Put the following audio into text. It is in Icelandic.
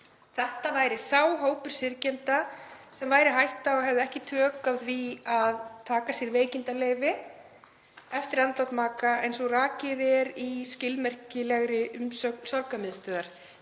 Þetta væri sá hópur syrgjenda sem væri hætta á að hefði ekki tök á því að taka sér veikindaleyfi eftir andlát maka, eins og rakið er í skilmerkilegri umsögn Sorgarmiðstöðvar.